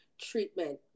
treatment